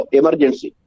emergency